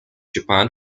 japan